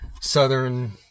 southern